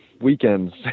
weekends